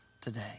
today